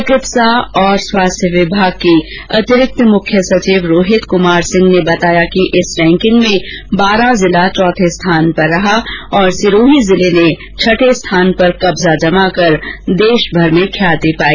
चिकित्सा और स्वास्थ्य विभाग के अतिरिक्त मुख्य सचिव रोहित कुमार सिंह ने बताया कि इस रैंकिंग में बारां चौथे स्थान पर रहा और सिरोही जिर्ले ने छठे स्थान पर कब्जा जमाकर देशभर में ख्याति पाई